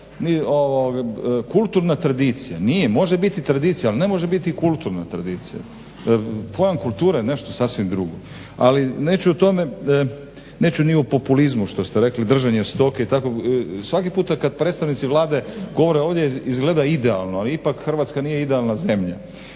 Kulturna tradicija nije. Može biti tradicija, ali ne može biti kulturna tradicija. Pojam kulture je nešto sasvim drugo. Ali, neću o tome, neću ni o populizmu što ste rekli. Držanje stoke, tako svaki puta kad predstavnici Vlade govore ovdje izgleda idealno ali ipak Hrvatska nije idealna zemlja.